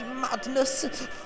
madness